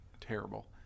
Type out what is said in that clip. terrible